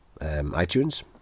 iTunes